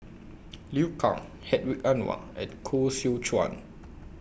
Liu Kang Hedwig Anuar and Koh Seow Chuan